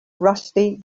rusty